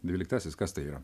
dvyliktasis kas tai yra